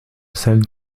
cède